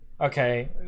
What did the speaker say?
okay